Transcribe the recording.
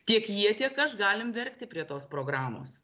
tiek jie tiek aš galim verkti prie tos programos